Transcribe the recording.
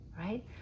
right